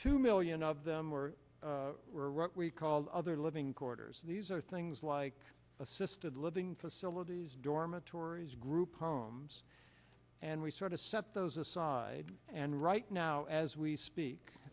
two million them were called other living quarters and these are things like assisted living facilities dormitories group homes and we sort of set those aside and right now as we speak